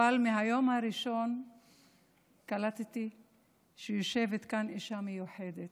אבל מהיום הראשון קלטתי שיושבת כאן אישה מיוחדת.